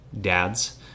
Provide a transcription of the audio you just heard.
dads